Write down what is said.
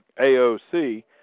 AOC